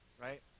right